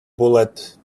bullet